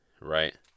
right